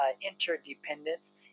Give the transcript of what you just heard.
interdependence